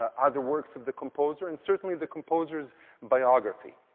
ah other works of the composer, and certainly the composer's biography.